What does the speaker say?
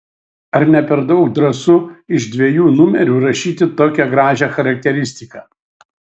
ar ne per daug drąsu iš dviejų numerių rašyti tokią gražią charakteristiką